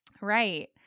Right